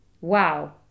Wow